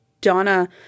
Donna